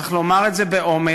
צריך להגיד את זה באומץ.